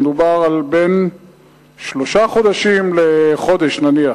מדובר על בין שלושה חודשים לחודש, נניח.